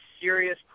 serious